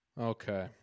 okay